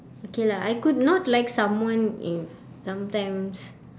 okay lah I could not like someone if sometimes